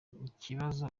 ikibazo